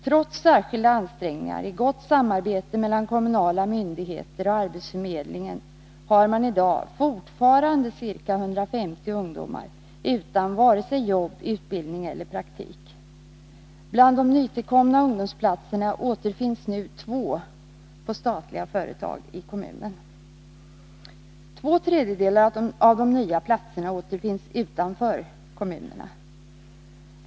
Trots särskilda ansträngningar i gott samarbete mellan kommunala myndigheter och arbetsförmedlingen har man i dag fortfarande ca 150 ungdomar utan vare sig jobb, utbildning eller praktik. Bland de nytillkomna ungdomsplatserna återfinns nu två på statliga företag i kommunen. Två tredjedelar av de nya platserna återfinns utanför kommunen.